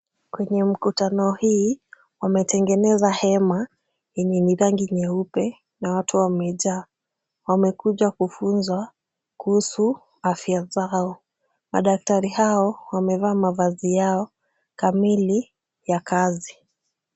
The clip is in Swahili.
Kwenye mkutano hii, wametengeneza hema, yenye ni rangi nyeupe na watu wamejaa. Wamekuja kufunzwa kuhusu afya zao. Madaktari hao wamevaa mavazi yao kamili ya kazi.